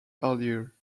earlier